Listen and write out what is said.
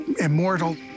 immortal